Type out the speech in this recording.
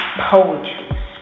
poetry